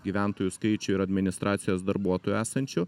gyventojų skaičių ir administracijos darbuotojų esančių